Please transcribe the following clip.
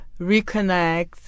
reconnect